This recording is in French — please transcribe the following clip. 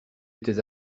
étais